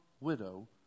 widow